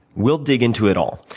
we'll dig into it all.